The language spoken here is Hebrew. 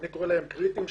אפשר לקרוא להם קריטיים,